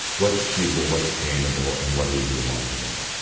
what's achievable, what's attainable and what do we do along the way?